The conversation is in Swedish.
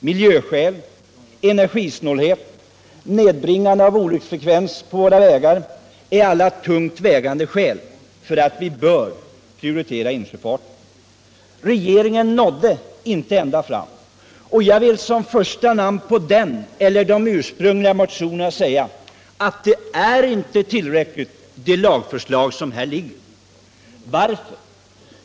Miljöskäl, energisnålhet och nedbringande av olycksfallsfrekvensen på våra vägar är alla tungt vägande skäl för att vi bör prioritera insjöfarten. Regeringen nådde inte ända fram, och jag vill som första undertecknare på den eller de ursprungliga motionerna säga att det lagförslag som här föreligger inte är tillräckligt. Varför?